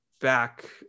back